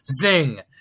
Zing